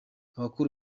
abakora